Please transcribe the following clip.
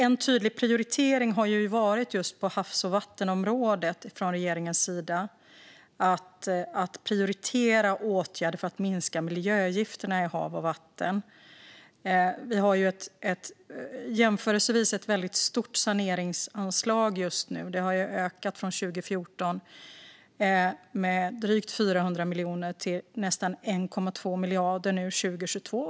En tydlig prioritering från regeringen på havs och vattenområdet har varit att prioritera åtgärder för att minska miljögifterna i hav och vatten. Vi har ett jämförelsevis stort saneringsanslag just nu. Det har ökat med drygt 400 miljoner från 2014 till nästan 1,2 miljarder 2022.